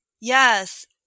yes